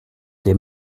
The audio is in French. des